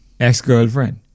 Ex-girlfriend